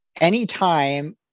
anytime